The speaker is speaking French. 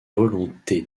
volonté